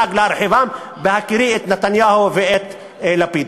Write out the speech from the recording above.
בהכירי את נתניהו ואת לפיד,